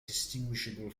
distinguishable